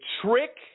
trick